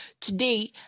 Today